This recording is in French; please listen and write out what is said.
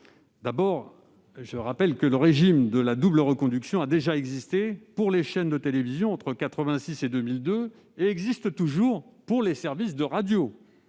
d'abord que le régime de la double reconduction a déjà existé pour les chaînes de télévision entre 1986 et 2002 et existe toujours pour les services de radio.